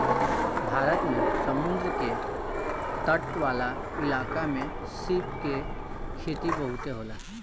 भारत में समुंद्र के तट वाला इलाका में सीप के खेती बहुते होला